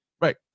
right